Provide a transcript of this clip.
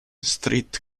street